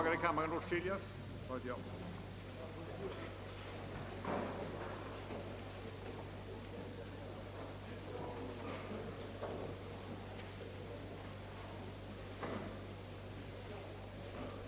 Med hänvisning till det anförda hemställer jag, att statsrådet och chefen för socialdepartementet måtte lämna kammaren en redogörelse för barnsjukvården i vårt land.